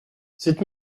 cette